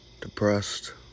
depressed